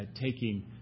taking